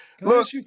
look